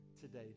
today